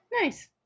Nice